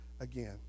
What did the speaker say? again